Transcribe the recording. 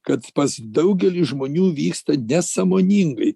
kad pas daugelį žmonių vyksta nesąmoningai